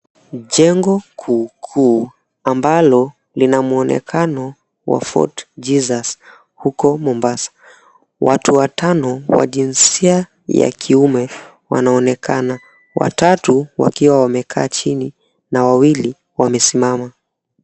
Jengo kuu kuu ambalo lina mwonekano wa Fort Jesus huko Mombasa. Watu watano wa jinsia ya kiume wanaonekana, watatu wakiwa wamekaa chini na wawili wamesimama.